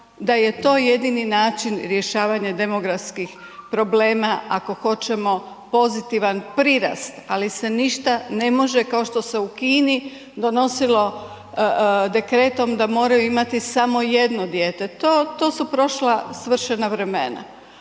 da je to jedini način rješavanja demografskih problema ako hoćemo pozitivan prirast, ali se ništa ne može kao što se u Kini donosilo dekretom da moraju imati samo 1 dijete. To su prošla, svršena vremena,